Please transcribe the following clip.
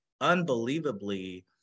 unbelievably